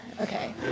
Okay